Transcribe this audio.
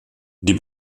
die